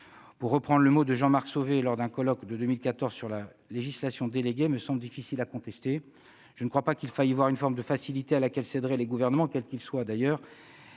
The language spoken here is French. pour reprendre le mot de Jean-Marc Sauvé lors d'un colloque de 2014 sur la législation déléguée, me semble difficile à contester. Je ne crois pas qu'il faille y voir une forme de facilité à laquelle céderaient les gouvernements, quels qu'ils soient, et